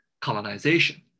colonization